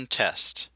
test